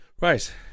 right